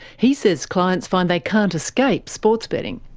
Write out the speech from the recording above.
he says clients find they can't escape sports betting.